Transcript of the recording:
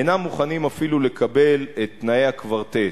אינם מוכנים אפילו לקבל את תנאי הקוורטט,